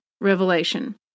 Revelation